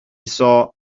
saw